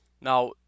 Now